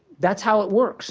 that's how it works